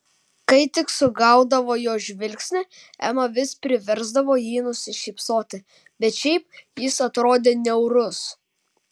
kai tik sugaudavo jo žvilgsnį ema vis priversdavo jį nusišypsoti bet šiaip jis atrodė niaurus